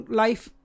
life